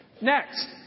Next